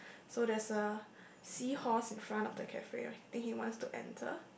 so there's a seahorse in front of the cafe I think he wants to enter